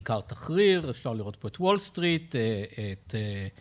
כיכר תחריר, אפשר לראות פה את וול-סטריט, את...